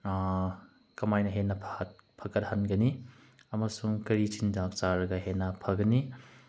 ꯀꯃꯥꯏꯅ ꯍꯦꯟꯅ ꯐꯒꯠꯍꯟꯒꯅꯤ ꯑꯃꯁꯨꯡ ꯀꯔꯤ ꯆꯤꯟꯖꯥꯛ ꯆꯥꯔꯒ ꯍꯦꯟꯅ ꯐꯒꯅꯤ